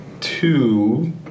two